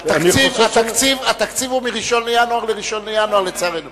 התקציב הוא מ-1 לינואר ל-1 בינואר, לצערנו.